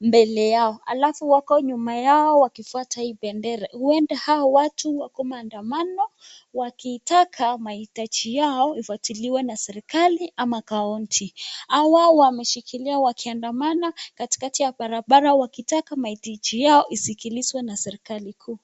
mbele yao alafu wako nyuma yao wakifuata hii bendera huenda hao watu wako maandamano wakitaka mahitaji yao ifuatiliwe na serekali ama kaunti. Hawa wameshikilia wakiandamana katikati ya barabara wakitaka mahitaji yao isikilizwe na serekali kuu.